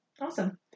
Awesome